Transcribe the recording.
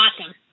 Awesome